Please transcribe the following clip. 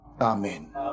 Amen